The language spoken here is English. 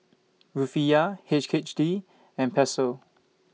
Rufiyaa H K D and Peso